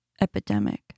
epidemic